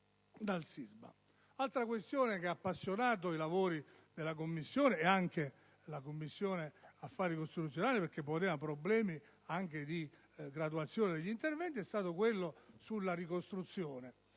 Un'altra questione che ha appassionato i lavori della 13a Commissione e della Commissione affari costituzionali, perché poneva problemi di graduazione degli interventi, è stato quello sulla ricostruzione.